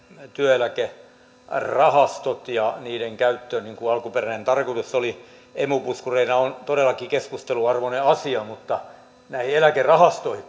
työeläkerahastot ja niiden käyttö niin kuin alkuperäinen tarkoitus oli emu puskureina on todellakin keskustelun arvoinen asia mutta näihin eläkerahastoihin